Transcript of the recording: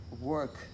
work